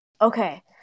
Okay